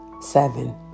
seven